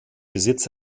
besitz